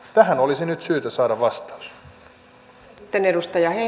tähän olisi nyt syytä saada vastaus